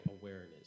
awareness